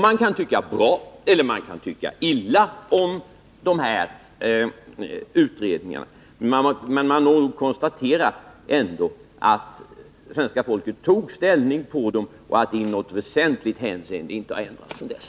Man kan tycka bra och man kan tycka illa om de här utredningarna, men man må ändå konstatera att svenska folket tog ställning och att förhållandena inte i något väsentligt hänseende har ändrats sedan dess.